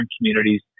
communities